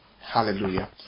Hallelujah